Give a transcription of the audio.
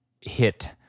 hit